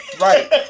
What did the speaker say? Right